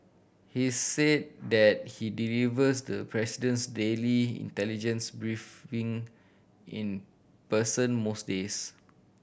he's said that he delivers the president's daily intelligence briefing in in person most days